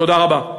תודה רבה.